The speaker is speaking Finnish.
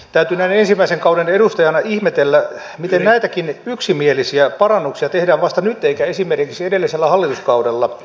täytyy näin ensimmäisen kauden edustajana ihmetellä miten näitäkin yksimielisiä parannuksia tehdään vasta nyt eikä esimerkiksi edellisellä hallituskaudella